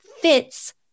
fits